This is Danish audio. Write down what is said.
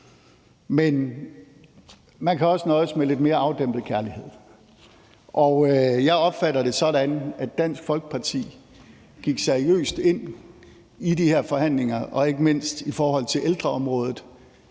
men man kan også nøjes med lidt mere afdæmpet kærlighed. Jeg opfatter det sådan, at Dansk Folkeparti gik seriøst ind i de her forhandlinger og ikke mindst i forhold til ældreområdet